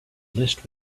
list